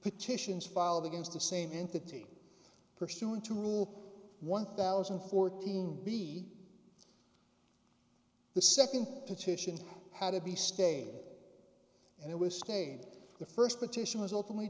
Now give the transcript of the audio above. petitions filed against the same entity pursuant to rule one thousand and fourteen be the second petition had to be stay and it was staid the first petition was openly